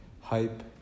hype